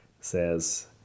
says